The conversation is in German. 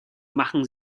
machen